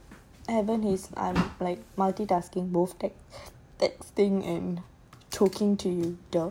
I haven't his I'm like multi-tasking both text texting and talking to you